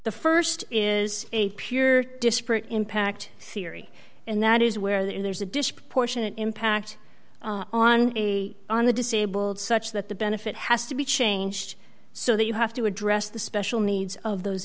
the st is a pure disparate impact theory and that is where there's a disproportionate impact on a on the disabled such that the benefit has to be changed so that you have to address the special needs of those